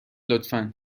لطفا